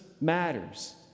matters